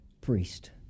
priest